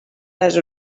les